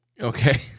Okay